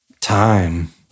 Time